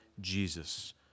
Jesus